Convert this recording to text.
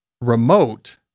remote